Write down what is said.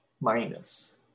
minus